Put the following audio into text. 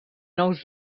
nous